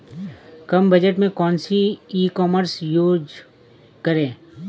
कम budget में कौन सी ई कॉमर्स यूज़ करें?